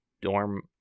dorm